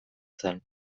zen